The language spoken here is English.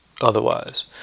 Otherwise